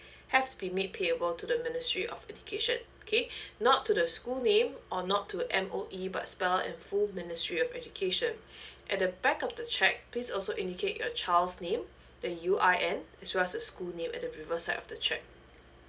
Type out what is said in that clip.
have to be made payable to the ministry of education okay not to the school name or not to M_O_E but spell in full ministry of education at the back of the check please also indicate your child's name the U_I_N as well as the school name at the reverse side of the check